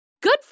good